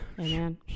amen